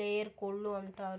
layer కోళ్ళు అంటారు